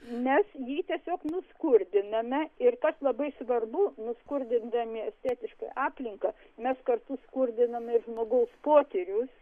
mes jį tiesiog nuskurdiname ir kas labai svarbu nuskurdindami estetišką aplinką mes kartu skurdinam ir žmogaus potyrius